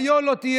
"היה לא תהיה"